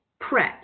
prep